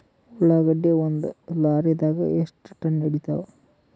ಉಳ್ಳಾಗಡ್ಡಿ ಒಂದ ಲಾರಿದಾಗ ಎಷ್ಟ ಟನ್ ಹಿಡಿತ್ತಾವ?